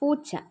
പൂച്ച